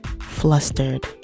flustered